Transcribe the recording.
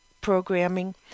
programming